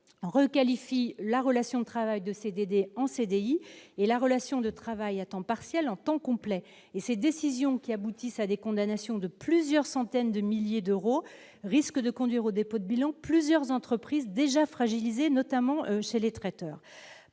requalifie la relation de travail de CDD en CDI et la relation de travail à temps partiel en temps complet, et ces décisions qui aboutissent à des condamnations de plusieurs centaines de milliers d'euros risque de conduire au dépôt de bilan, plusieurs entreprises déjà fragilisées, notamment chez les traiteurs